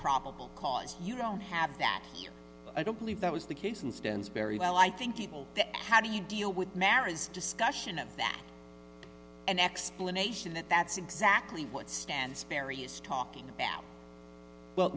probable cause you don't have that here i don't believe that was the case and stands very well i think people the and how do you deal with mary's discussion of that an explanation that that's exactly what stance perry is talking about well